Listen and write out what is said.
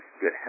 good